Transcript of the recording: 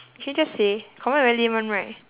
can you just say confirm very lame [one] right